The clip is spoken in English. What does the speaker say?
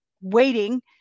waiting